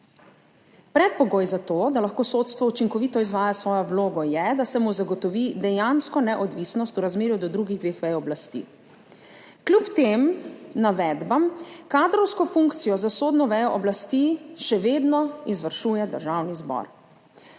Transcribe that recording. Predpogoj za to, da lahko sodstvo učinkovito izvaja svojo vlogo, je, da se mu zagotovi dejansko neodvisnost v razmerju do drugih dveh vej oblasti. Kljub tem navedbam kadrovsko funkcijo za sodno vejo oblasti še vedno izvršuje Državni zbor.